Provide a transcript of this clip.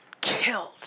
killed